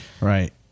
Right